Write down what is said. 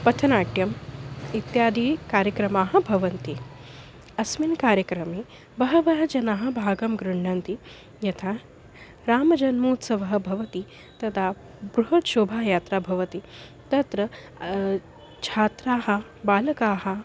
पथनाट्यम् इत्यादि कार्यक्रमाः भवन्ति अस्मिन् कार्यक्रमे बहवः जनाः भागं गृह्णन्ति यथा रामजन्मोत्सवः भवति तदा बृहत् शोभायात्रा भवति तत्र छात्राः बालकाः